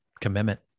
Commitment